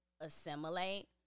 assimilate